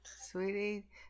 Sweetie